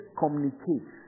communicate